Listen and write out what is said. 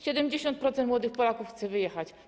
70% młodych Polaków chce wyjechać.